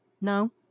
No